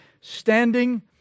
standing